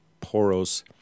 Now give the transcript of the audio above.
Poros